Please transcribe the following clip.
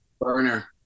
Burner